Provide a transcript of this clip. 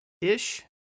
Ish